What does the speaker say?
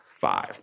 five